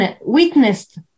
witnessed